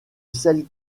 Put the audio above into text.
celle